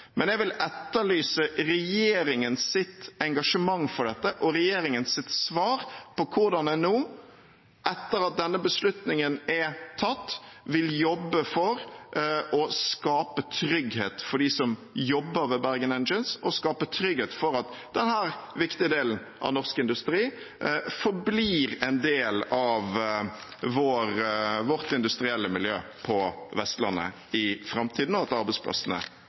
Men jeg vil etterlyse regjeringens engasjement for dette og regjeringens svar på hvordan en nå etter at denne beslutningen er tatt, vil jobbe for å skape trygghet for dem som jobber ved Bergen Engines, og skape trygghet for at denne viktige delen av norsk industri forblir en del av vårt industrielle miljø på Vestlandet i framtiden, og at arbeidsplassene